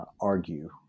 argue